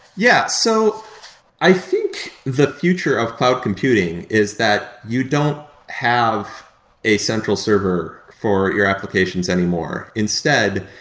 yeah. so i think the future of cloud computing is that you don't have a central server for your applications anymore. instead,